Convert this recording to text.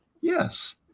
Yes